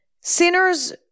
sinners